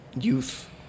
youth